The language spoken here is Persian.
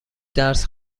درس